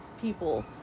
people